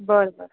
बरं बरं